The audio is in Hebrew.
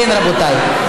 כן, רבותיי.